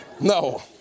No